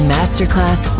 Masterclass